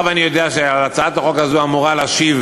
מאחר שאני יודע שעל הצעת החוק הזאת אמורה להשיב,